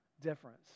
difference